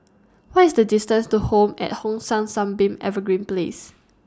What IS The distance to Home At Hong San Sunbeam Evergreen Place